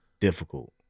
difficult